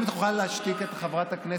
אם תוכל להשתיק את חברת הכנסת.